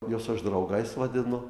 juos aš draugais vadinu